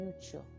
future